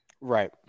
right